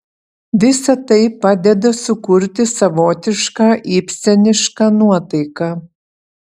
visa tai padeda sukurti savotišką ibsenišką nuotaiką